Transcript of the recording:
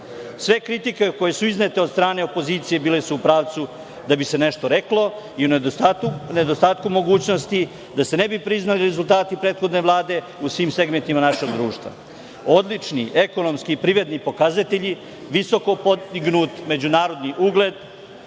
kritike koje su iznete od strane opozicije bile su u pravcu da bi se nešto reklo i u nedostatku mogućnosti da se ne bi priznali rezultati prethodne Vlade u svim segmentima našeg društva. Odlični ekonomski privredni pokazatelji, visoko podignut međunarodni ugled